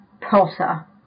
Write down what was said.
Potter